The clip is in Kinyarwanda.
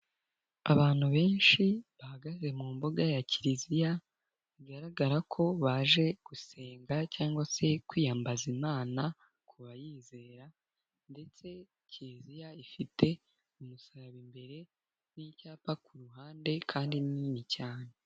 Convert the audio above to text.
Abantu benshi bahagaze mu mbuga ya kiliziya, bigaragara ko baje gusenga cyangwa se kwiyambaza imana, ku bayizera ndetse kiliziya ifite umusaraba imbere n'icyapa ku ruhande kandi ni nini cyane.